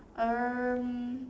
um